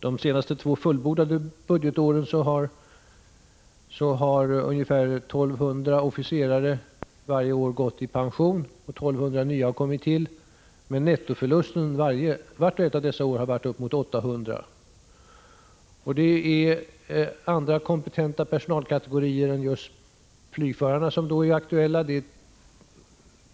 De senaste två fullbordade budgetåren har ungefär 1 200 officerare varje år gått i pension och 1 200 nya har kommit till. Men nettoförlusten under vart och ett av dessa år har varit uppemot 800. Det är andra kompetenta personalkategorier än just flygförarna som då är aktuella.